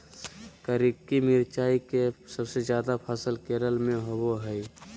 करिककी मिरचाई के सबसे ज्यादा फसल केरल में होबो हइ